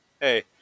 hey